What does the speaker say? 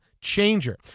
changer